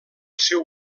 seu